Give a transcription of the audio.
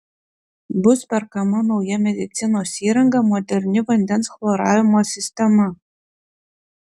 bus perkama nauja medicinos įranga moderni vandens chloravimo sistema